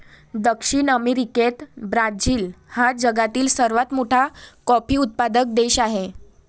दक्षिण अमेरिकेत ब्राझील हा जगातील सर्वात मोठा कॉफी उत्पादक देश आहे